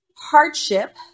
hardship